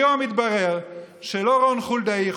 היום מתברר שלא רון חולדאי,